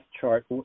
chart